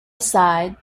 aside